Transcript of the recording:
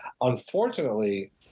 Unfortunately